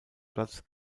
platz